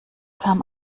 kam